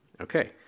Okay